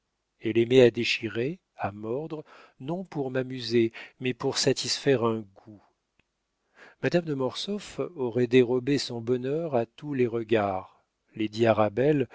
elle aimait à déchirer à mordre non pour m'amuser mais pour satisfaire un goût madame de mortsauf aurait dérobé son bonheur à tous les regards